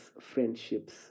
friendships